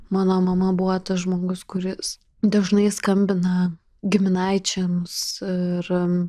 mano mama buvo tas žmogus kuris dažnai skambina giminaičiams ir